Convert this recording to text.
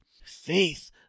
faith